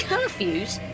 Curfews